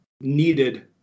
needed